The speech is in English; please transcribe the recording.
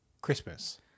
Christmas